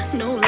no